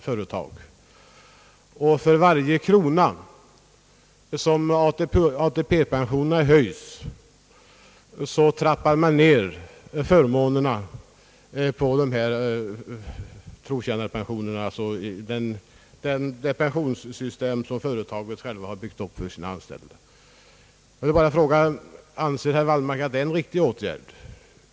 För varje krona som ATP-pensionen höjs trappar man ned förmånerna i trotjänarpensionen, alltså det pensionssystem som företaget självt har byggt upp för sina anställda. Anser herr Wallmark att det är en riktig åtgärd?